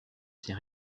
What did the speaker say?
ses